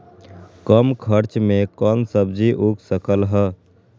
कम खर्च मे कौन सब्जी उग सकल ह?